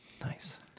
Nice